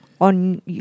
On